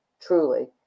Truly